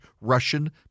Russian